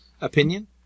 opinion